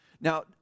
Now